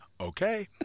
Okay